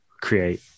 create